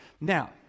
Now